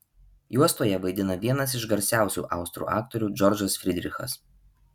juostoje vaidina vienas iš garsiausių austrų aktorių džordžas frydrichas